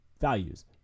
values